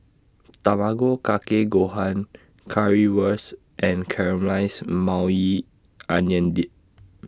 Tamago Kake Gohan Currywurst and Caramelized Maui Onion Dip